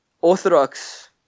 orthodox